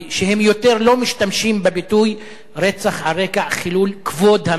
שהם לא משתמשים יותר בביטוי "רצח על רקע חילול כבוד המשפחה".